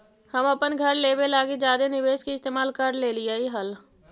हम अपन घर लेबे लागी जादे निवेश के इस्तेमाल कर लेलीअई हल